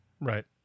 Right